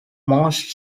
most